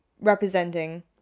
representing